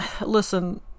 listen